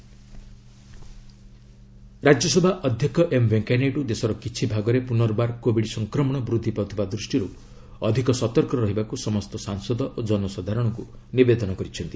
Naidu Covid Rajya Sabha ଅଧ୍ୟକ୍ଷ M Venkaiah Naidu' ଦେଶର କିଛି ଭାଗରେ ପୁନର୍ବାର କୋବିଡ ସଂକ୍ରମଣ ବୃଦ୍ଧି ପାଉଥିବା ଦୃଷ୍ଟିରୁ ଅଧିକ ସତର୍କ ରହିବାକୁ ସମସ୍ତ ସାଂସଦ ଓ ଜନସାଧାରଣଙ୍କୁ ନିବେଦନ କରିଛନ୍ତି